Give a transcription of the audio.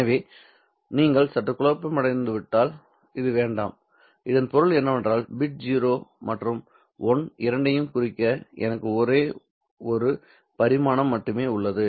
எனவே நீங்கள் சற்று குழப்பமடைந்துவிட்டால் இது வேண்டாம் இதன் பொருள் என்னவென்றால் பிட் 0 மற்றும் 1 இரண்டையும் குறிக்க எனக்கு ஒரே ஒரு பரிமாணம் மட்டுமே உள்ளது